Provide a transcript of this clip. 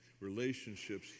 relationships